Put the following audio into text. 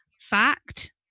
fact